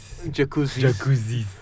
Jacuzzi